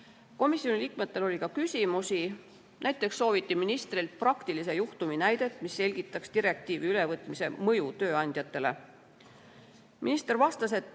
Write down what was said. Komisjoni liikmetel oli ka küsimusi. Näiteks sooviti ministrilt praktilise juhtumi näidet, mis selgitaks direktiivi ülevõtmise mõju tööandjatele. Minister vastas, et